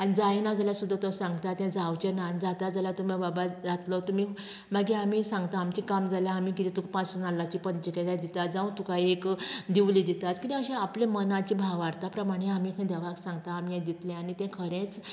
आनी जायना जाल्यार सुद्दां जाल्यार तो सांगता तें जावचेंना आनी जाता जाल्यार तूं मागीर बाबा जातलो तुमी मागीर आमी सांगता आमचें काम जालें आमी कितें तुका पांच नाल्लांची पंचखाद्य दिता जावं तुका एक दिवली दितां कितें अशें आपलें मनाचे भावार्था प्रमाणे आमी खंय देवाक सांगता आमी हें दितलें आनी तें खरेंच